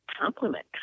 compliment